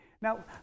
Now